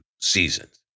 seasons